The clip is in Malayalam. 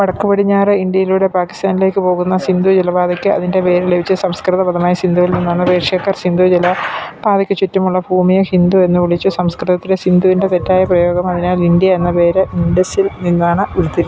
വടക്കു പടിഞ്ഞാറ് ഇന്ത്യയിലൂടെ പാകിസ്ഥാനിലേക്ക് പോകുന്ന സിന്ധു ജലപാതയ്ക്ക് അതിന്റെ പേര് ലഭിച്ചത് സംസ്കൃത പദമായ സിന്ധുവിൽ നിന്നാണ് പേർഷ്യക്കാർ സിന്ധു ജല പാതക്ക് ചുറ്റുമുള്ള ഭൂമിയെ ഹിന്ദു എന്ന് വിളിച്ചു സംസ്കൃതത്തിലെ സിന്ധുവിന്റെ തെറ്റായ പ്രയോഗം അതിനാൽ ഇന്ത്യ എന്ന പേര് ഇൻഡസിൽ നിന്നാണ് ഉരുത്തിരിഞ്ഞത്